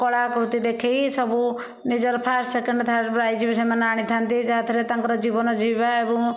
କଳାକୃତି ଦେଖେଇ ସବୁ ନିଜର ଫାଷ୍ଟ ସେକେଣ୍ଡ ଥାର୍ଡ଼ ପ୍ରାଇଜ ବି ସେମାନେ ଆଣିଥାନ୍ତି ଯାହାଥିରେ ତାଙ୍କର ଜୀବନ ଜିଇଁବା ଏବଂ